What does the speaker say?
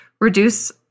reduce